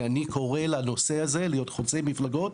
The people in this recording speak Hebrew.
כי אני קורא לנושא הזה להיות חוצה מפלגות,